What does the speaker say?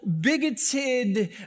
bigoted